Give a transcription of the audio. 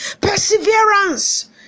Perseverance